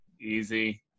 easy